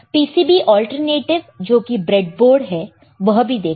PCB alternative जो कि breadboard है वह भी देखा